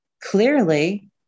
clearly